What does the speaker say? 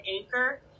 anchor